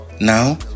Now